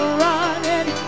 running